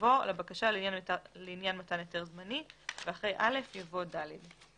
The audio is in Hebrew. יבוא "לבקשה לעניין מתן היתר זמני" ואחרי (א) יבוא "(ד)".